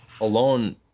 alone